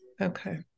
Okay